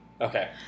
Okay